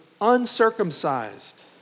uncircumcised